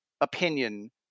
opinion